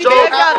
סליחה.